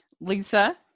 lisa